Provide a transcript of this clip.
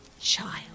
Child